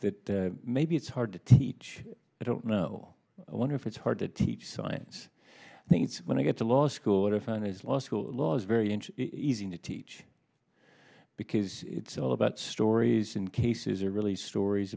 that maybe it's hard to teach i don't know i wonder if it's hard to teach science i think when i get to law school what i find is law school law is very inch easy to teach because it's all about stories and cases are really stories